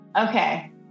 Okay